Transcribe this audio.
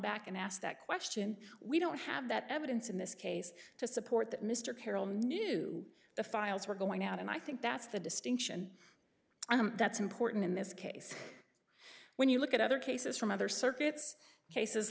back and asked that question we don't have that evidence in this case to support that mr carroll knew the files were going out and i think that's the distinction that's important in this case when you look at other cases from other circuits cases